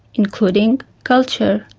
including culture,